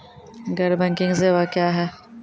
गैर बैंकिंग सेवा क्या हैं?